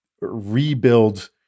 rebuild